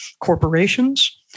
corporations